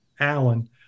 Alan